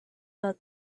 bug